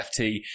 FT